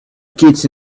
kids